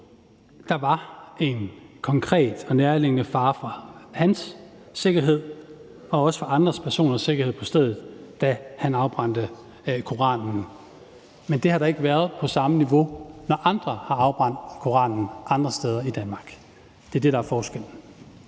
Der var en konkret og nærliggende fare for hans sikkerhed og også for andre personers sikkerhed på stedet, da han afbrændte Koranen. Men det har der ikke været på det samme niveau, når andre har afbrændt Koranen andre steder i Danmark. Det er det, der er forskellen.